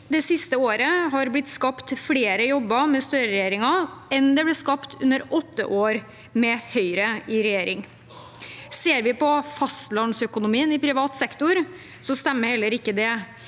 det siste året har blitt skapt flere jobber med Støreregjeringen enn det ble skapt under åtte år med Høyre i regjering. Ser vi på fastlandsøkonomien i privat sektor, stemmer heller ikke det,